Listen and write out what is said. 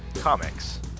comics